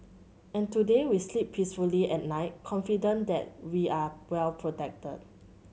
and today we sleep peacefully at night confident that we are well protected